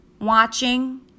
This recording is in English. watching